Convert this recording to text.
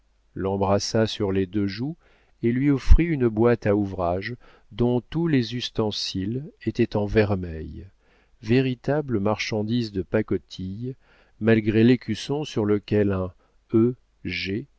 l'embrassa sur les deux joues et lui offrit une boîte à ouvrage dont tous les ustensiles étaient en vermeil véritable marchandise de pacotille malgré l'écusson sur lequel un e